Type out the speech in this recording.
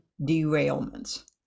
derailments